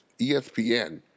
ESPN